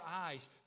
eyes